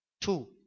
Two